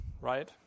right